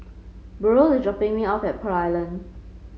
Burrel is dropping me off at Pearl Island